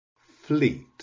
Fleet